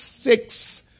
six